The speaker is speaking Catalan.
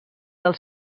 del